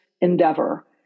endeavor